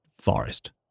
forest